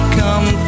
come